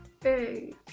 hey